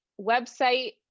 website